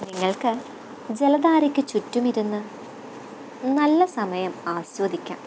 നിങ്ങള്ക്കു ജലധാരക്കു ചുറ്റുമിരുന്നു നല്ല സമയം ആസ്വദിക്കാം